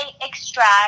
extract